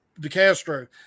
DeCastro